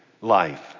life